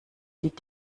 die